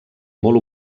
molt